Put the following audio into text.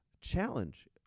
challenge